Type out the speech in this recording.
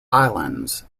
islands